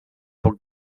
poc